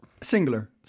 singular